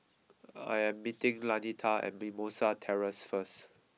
I am meeting Lanita at Mimosa Terrace first